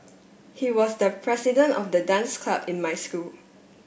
he was the president of the dance club in my school